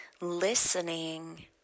Listening